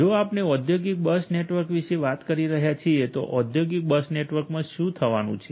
જો આપણે ઔદ્યોગિક બસ નેટવર્ક વિશે વાત કરી રહ્યા છીએ તો ઔદ્યોગિક બસ નેટવર્કમાં શું થવાનું છે